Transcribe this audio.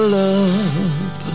love